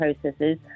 processes